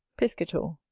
piscator.